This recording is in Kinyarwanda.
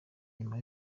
nyuma